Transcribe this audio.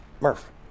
Murph